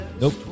Nope